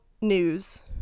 news